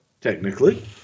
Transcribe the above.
Technically